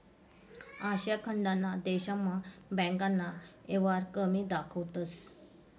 आशिया खंडना देशस्मा बँकना येवहार कमी दखातंस